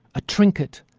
a trinket,